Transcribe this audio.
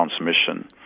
transmission